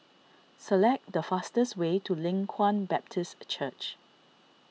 select the fastest way to Leng Kwang Baptist Church